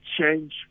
change